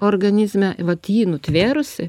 organizme vat jį nutvėrusi